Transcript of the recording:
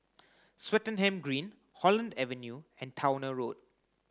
Swettenham Green Holland Avenue and Towner Road